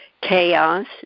chaos